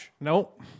Nope